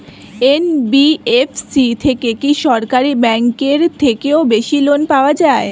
NBFC থেকে কি সরকারি ব্যাংক এর থেকেও বেশি লোন পাওয়া যায়?